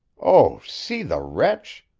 oh, see the wretch!